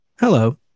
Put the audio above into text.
Hello